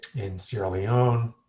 in sierra leone.